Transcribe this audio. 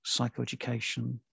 psychoeducation